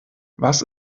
was